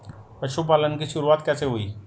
पशुपालन की शुरुआत कैसे हुई?